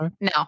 No